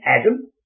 Adam